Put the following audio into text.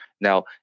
Now